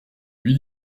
lui